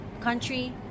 country